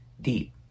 deep